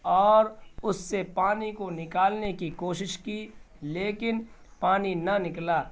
اور اس سے پانی کو نکالنے کی کوشش کی لیکن پانی نہ نکلا